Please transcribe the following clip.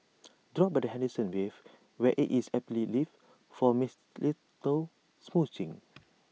drop by the Henderson waves where IT is aptly lit for mistletoe smooching